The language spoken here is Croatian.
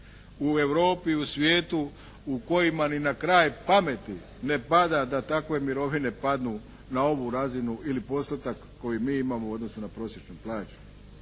u Europi i u svijetu u kojima ni na kraj pameti ne pada da takve mirovine padnu na ovu razinu ili postotak koji mi imamo u odnosu na prosječnu plaću.